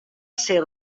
ser